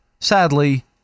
sadly